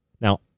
Now